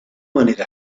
manera